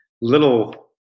little